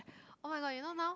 oh-my-god you know now